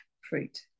fruit